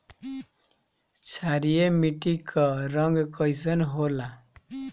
क्षारीय मीट्टी क रंग कइसन होला?